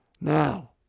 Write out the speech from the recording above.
Now